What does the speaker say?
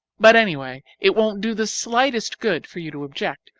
but anyway, it won't do the slightest good for you to object,